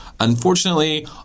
Unfortunately